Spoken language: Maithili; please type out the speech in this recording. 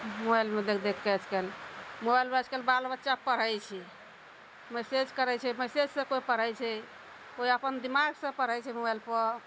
मोबाइलमे देख देख कऽ आइकाल्हि मोबाइलमे आइकाल्हि बाल बच्चा पढ़ै छै मैसेज करै छै मैसेज सऽ कोइ पढ़ै छै कोइ अपन दिमाग सऽ पढ़ै छै मोबाइल पर